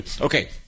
Okay